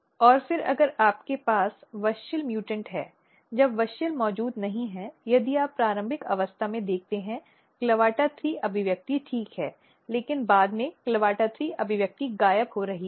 और फिर अगर आपके पास wuschel म्यूटेंट है जब WUSCHEL मौजूद नहीं है यदि आप प्रारंभिक अवस्था में देखते हैं CLAVATA3 अभिव्यक्ति ठीक हैलेकिन बाद में CLAVATA3 अभिव्यक्ति गायब हो रही है